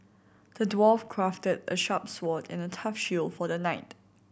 the dwarf crafted a sharp sword and a tough shield for the knight